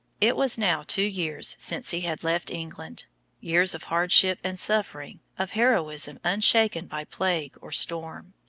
it was now two years since he had left england years of hardship and suffering, of heroism unshaken by plague or storm.